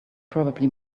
probably